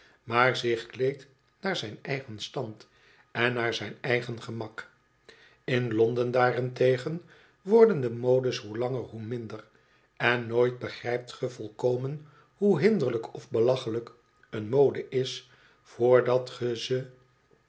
maar zich kleedt naar zijn eigen stand en naar zijn eigen gemak in londen daarentegen worden de modes hoe langer hoe minder en nooit begrijpt ge volkomen hoe hinderlijk of belachelijk een mode is voordat ge ze